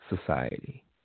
Society